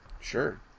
Sure